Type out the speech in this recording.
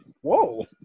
Whoa